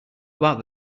about